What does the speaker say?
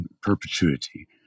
perpetuity